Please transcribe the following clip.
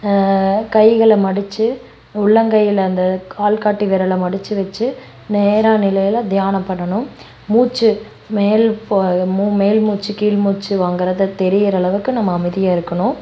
கைகளை மடிச்சு உள்ளங்கையில் அந்த ஆள்காட்டி விரலை மடிச்சு வச்சு நேராக நிலையில் தியானம் பண்ணனும் மூச்சு மேல் போ மு மேல் மூச்சு கீழ் மூச்சு வாங்கிறத தெரியிறளவுக்கு நம்ம அமைதியாக இருக்கனும்